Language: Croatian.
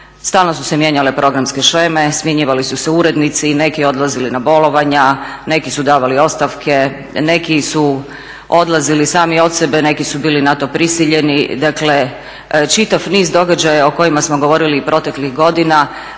Stalno su se mijenjale programske sheme, smjenjivali su se urednici i neki odlazili na bolovanja, neki su davali ostavke, neki su odlazili sami od sebe, neki su bili na to prisiljeni. Dakle čitav niz događaja o kojima smo govorili i proteklih godina